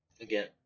Again